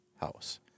house